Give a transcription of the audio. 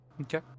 Okay